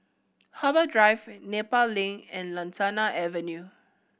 Harbour Drive Nepal Link and Lantana Avenue